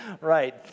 Right